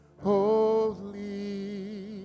holy